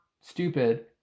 stupid